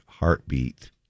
heartbeat